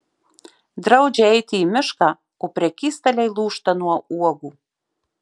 draudžia eiti į mišką o prekystaliai lūžta nuo uogų